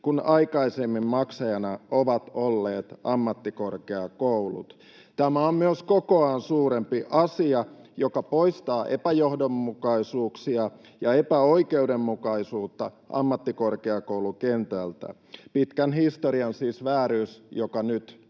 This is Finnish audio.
kun aikaisemmin maksajana ovat olleet ammattikorkeakoulut. Tämä on myös kokoaan suurempi asia, joka poistaa epäjohdonmukaisuuksia ja epäoikeudenmukaisuutta ammattikorkeakoulukentältä — siis pitkän historian vääryys, joka nyt